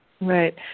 Right